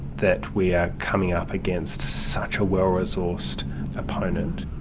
that we are coming up against such a well-resourced opponent.